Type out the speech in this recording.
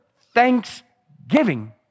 thanksgiving